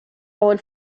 would